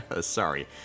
Sorry